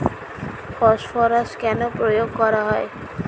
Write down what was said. Phosphorus কেন প্রয়োগ করা হয়?